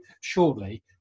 shortly